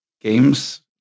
games